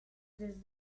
this